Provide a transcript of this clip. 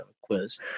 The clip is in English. quiz